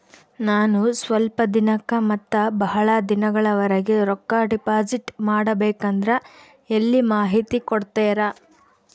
ನಾನು ಸ್ವಲ್ಪ ದಿನಕ್ಕ ಮತ್ತ ಬಹಳ ದಿನಗಳವರೆಗೆ ರೊಕ್ಕ ಡಿಪಾಸಿಟ್ ಮಾಡಬೇಕಂದ್ರ ಎಲ್ಲಿ ಮಾಹಿತಿ ಕೊಡ್ತೇರಾ?